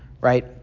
right